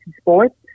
Sports